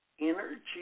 Energy